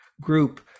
group